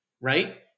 right